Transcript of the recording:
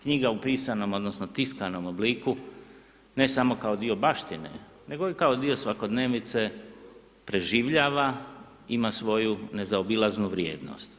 Knjiga u pisano odnosno tiskanom obliku ne samo kao dio baštine nego i kao dio svakodnevnice, preživljava , ima svoju nezaobilaznu vrijednost.